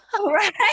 Right